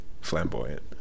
flamboyant